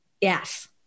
Yes